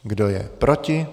Kdo je proti?